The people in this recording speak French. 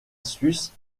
suce